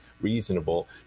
reasonable